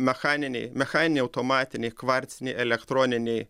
mechaniniai mechaniniai automatiniai kvarciniai elektroniniai